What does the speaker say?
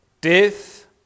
Death